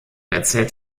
erzählt